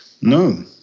No